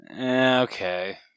Okay